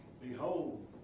Behold